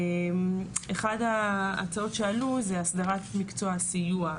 אחת ההצעות שעלו היא הסדרת מקצוע הסיוע,